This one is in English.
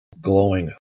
glowing